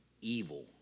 evil